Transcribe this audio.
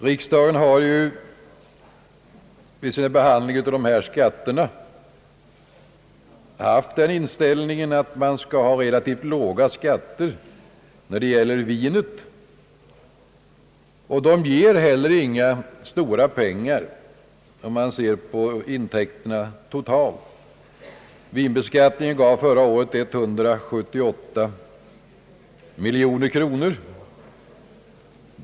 Riksdagen har ju vid sin behandling av dessa skatter haft den inställningen att man skall ha relativt låg skatt på vin. Det blir heller inga stora pengar av vinbeskattningen, om man ser på de totala intäkterna. Förra året var vinbeskattningen 178 miljoner kronor.